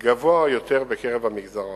גבוה יותר בקרב המגזר הערבי.